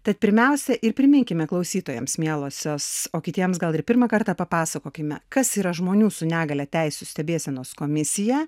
tad pirmiausia ir priminkime klausytojams mielosios o kitiems gal ir pirmą kartą papasakokime kas yra žmonių su negalia teisių stebėsenos komisija